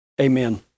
Amen